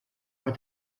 are